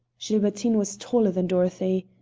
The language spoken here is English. gilbertine was taller than dorothy.